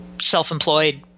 self-employed